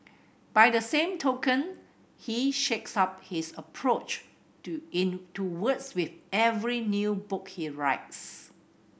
by the same token he shakes up his approach to in to words with every new book he writes